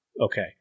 Okay